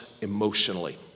emotionally